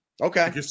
Okay